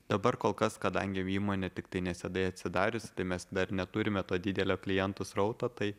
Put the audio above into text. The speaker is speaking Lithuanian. dabar kol kas kadangi įmonė tiktai neseniai atsidariusi tai mes dar neturime to didelio klientų srauto tai